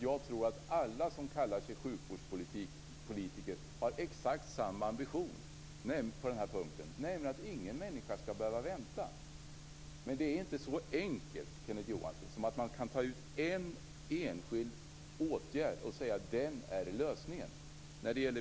Jag tror att alla som kallar sig för sjukvårdspolitiker har exakt samma ambition på den här punkten, nämligen att ingen människa skall behöva vänta. Men det är inte så enkelt, Kenneth Johansson, som att man kan peka ut en enskild åtgärd och säga att den är lösningen.